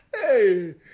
hey